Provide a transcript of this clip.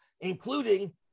including